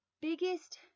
biggest